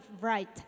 right